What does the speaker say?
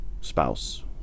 spouse